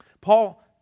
Paul